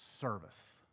Service